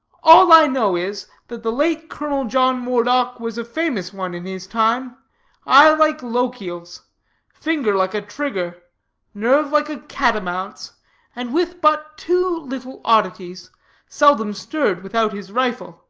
all i know is, that the late colonel john moredock was a famous one in his time eye like lochiel's finger like a trigger nerve like a catamount's and with but two little oddities seldom stirred without his rifle,